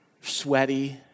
sweaty